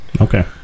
Okay